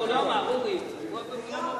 אורי, הוא לא אמר.